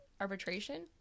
Arbitration